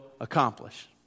accomplish